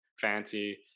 fancy